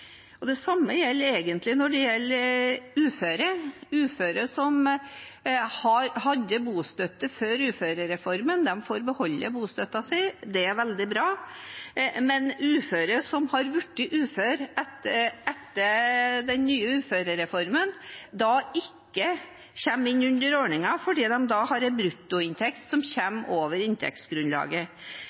Det samme gjelder egentlig uføre. Uføre som hadde bostøtte før uførereformen, får beholde bostøtten sin, og det er veldig bra, mens uføre som har blitt uføre etter den nye uførereformen, ikke kommer inn under ordningen fordi de har en bruttoinntekt som kommer over inntektsgrunnlaget.